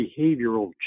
behavioral